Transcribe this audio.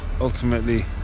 ultimately